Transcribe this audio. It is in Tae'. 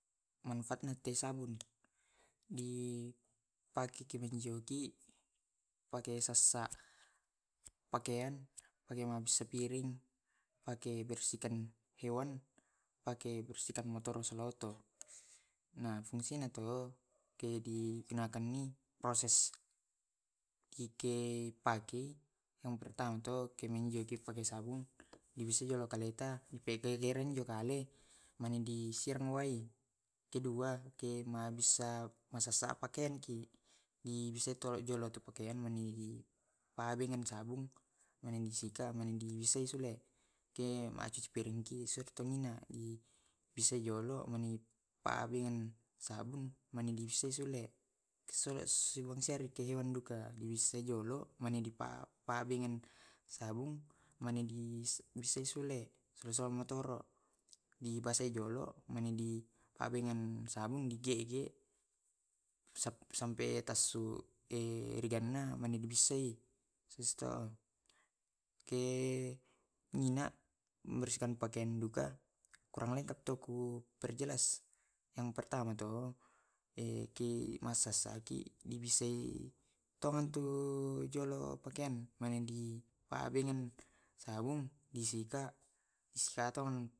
Manfaatna te sabung di pake ki mahijauki, pake masessa pakean, pake mabbissa piring, pake ersihkan hewan, pake bersihkan lain tu. Bersihnay tu proses piket pagi kemainjo to yang pertama bissai jolo aleta gere gre njo kale mani share mi wae. Kedua massesa pkaianki di tolo ani mu masabung. aning di sika, mani di bissai di bissai jolo pabeanna sabung na dibissai sulle di bissai jolo mani di pakean sanumg mani di bissai sule. dibasai jolo di pmoleang sabung na di gege sampi tasulu ijanna mani di bissai ke minya meresmikan akean duka malengkap tu perjelas yang pertama tu masessaki dibissai tngeng tu pakeanna mani di pabeneng sabu disika sharom